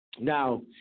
Now